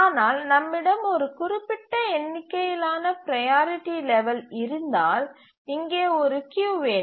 ஆனால் நம்மிடம் ஒரு குறிப்பிட்ட எண்ணிக்கையிலான ப்ரையாரிட்டி லெவல் இருந்தால் இங்கே ஒரு கியூ வேண்டும்